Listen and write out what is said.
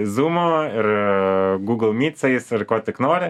zūmu ir gūgl mytsais ir kuo tik nori